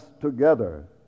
together